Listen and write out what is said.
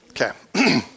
Okay